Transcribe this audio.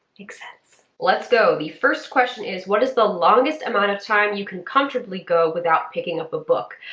makes sense. let's go! the first question is what is the longest amount of time you can comfortably go without picking up a book?